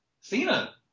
cena